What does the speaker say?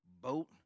boat